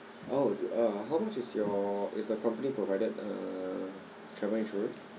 oh uh how much is your is the company provided uh travel insurance